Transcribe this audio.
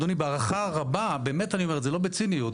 אני אומר את זה בהערכה רבה, לא בציניות.